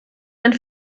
einen